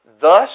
Thus